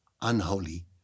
unholy